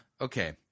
Okay